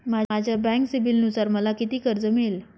माझ्या बँक सिबिलनुसार मला किती कर्ज मिळेल?